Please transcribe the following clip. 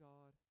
God